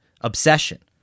obsession